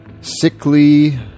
Sickly